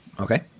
Okay